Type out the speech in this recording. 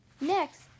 Next